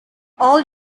all